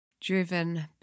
driven